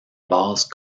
base